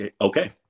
okay